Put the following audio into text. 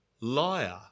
liar